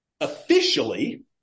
officially